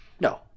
No